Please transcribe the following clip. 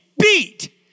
beat